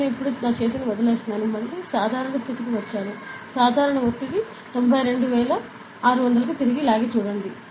నేను ఇప్పుడు చేతిని వదిలివేస్తున్నాను మళ్ళీ సాధారణ స్థితికి వచ్చాను ఒత్తిడి సాధారణ 92600 కు తిరిగి లాగి చూడండి